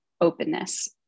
openness